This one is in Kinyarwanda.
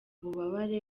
bubabare